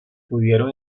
pudieron